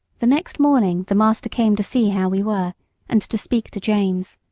the next morning the master came to see how we were and to speak to james.